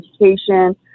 education